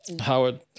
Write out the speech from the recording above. Howard